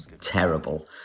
terrible